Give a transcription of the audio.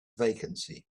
vacancy